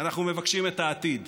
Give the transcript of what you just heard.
אנחנו מבקשים את העתיד".